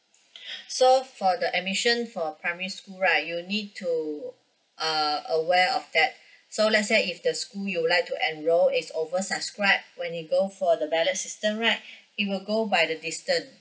so for the admissions for primary school right you need to err aware of that so let's say if the school you would like to enroll is over subscribe when you go for the ballot system right it will go by the distance